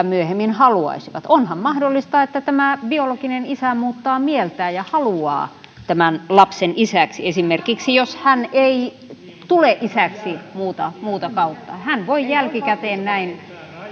myöhemmin haluaisivat onhan mahdollista että tämä biologinen isä muuttaa mieltään ja haluaa tämän lapsen isäksi esimerkiksi jos hän ei tule isäksi muuta muuta kautta hän voi jälkikäteen näin